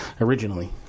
originally